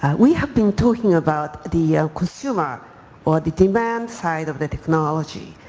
we have been talking about the consumer or the demand side of the technology.